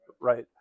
right